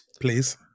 Please